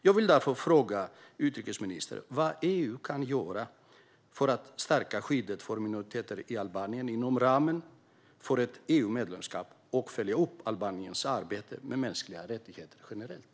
Jag vill därför fråga utrikesministern vad EU kan göra för att stärka skyddet för minoriteter i Albanien inom ramen för ett EU-medlemskap och följa upp Albaniens arbete med mänskliga rättigheter generellt.